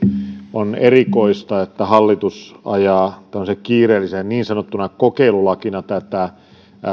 on erikoista että hallitus ajaa tämmöisenä kiireellisenä niin sanottuna kokeilulakina tätä